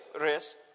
race